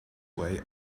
way